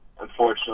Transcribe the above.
unfortunately